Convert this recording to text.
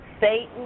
Satan